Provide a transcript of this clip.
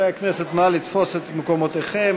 חברי הכנסת, נא לתפוס את מקומותיכם.